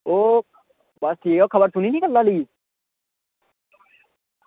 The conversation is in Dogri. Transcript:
ओह् खबर सुनी ना कल्लै आह्ली